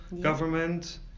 government